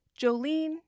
Jolene